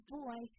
boy